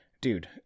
dude